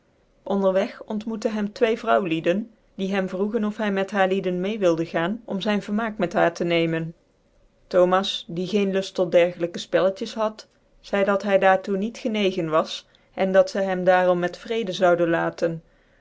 onderweg ontmoete hem twee vrouwlieden die hein vroegen of hy met haarlieden meede wilde gaan om zyn vermaak met haar te nemen thomas die geen kift tot diergelijke fpcuctjec had un neger izj had zcidc dat hy daar niet toe genegen was en dat zy hem daarom met vrede zoude laten